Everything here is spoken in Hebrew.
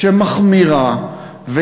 שמחמירה כשהנכה מתבגר,